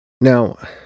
Now